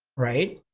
right?